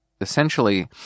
essentially